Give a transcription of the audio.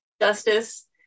justice